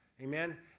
amen